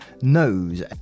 knows